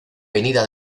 venida